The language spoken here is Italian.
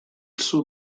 suo